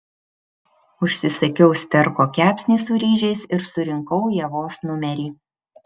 užsisakiau sterko kepsnį su ryžiais ir surinkau ievos numerį